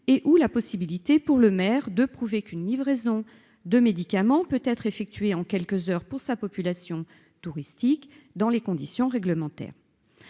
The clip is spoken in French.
ou la possibilité, pour le maire, de prouver qu'une livraison de médicaments peut être effectuée en quelques heures pour sa population touristique, dans les conditions réglementaires.